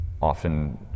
often